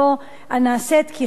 הנעשית ככלל,